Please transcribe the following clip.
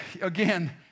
again